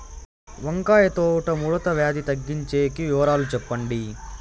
వంకాయ తోట ముడత వ్యాధి తగ్గించేకి వివరాలు చెప్పండి?